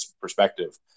perspective